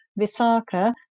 Visaka